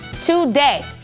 Today